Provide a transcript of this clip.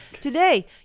Today